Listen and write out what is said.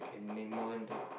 need more than that